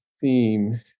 theme